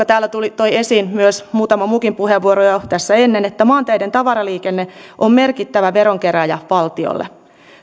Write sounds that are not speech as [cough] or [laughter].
[unintelligible] täällä toi esiin myös muutama muukin puheenvuoro jo tässä ennen että maanteiden tavaraliikenne on merkittävä veronkerääjä valtiolle